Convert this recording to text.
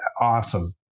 Awesome